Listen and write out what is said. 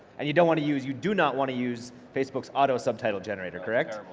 and you don't want to use you do not want to use facebook's auto subtitle generator, correct?